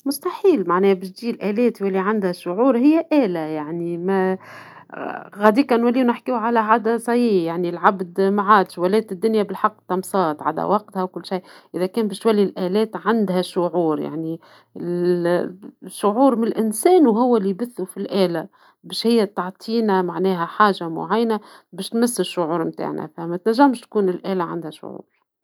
مستحيل معناه باش تجي الآلات تولي عندها شعور هي الة يعني ما غاديكا نوليو نحكيو على عادة زي يعني العبد ما عادش ولات الدنيا بالحق بامصات عدا وقتها وكل شيء، إذا كان باش تولي الآلات عندها شعور يعني الشعور بالانسان وهو اللي يبثه في الالة باش هي تعطينا معناها حاجة معينة باش تمس الشعور نتاعنا فما تنجمش تكون الآلة عندها شعور.